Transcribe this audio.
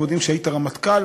הם יודעים שהיית רמטכ"ל,